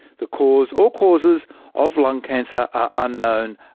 the cause or causes of lung cancer are unknown.